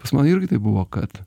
pas mane irgi taip buvo kad